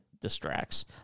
distracts